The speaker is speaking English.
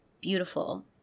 beautiful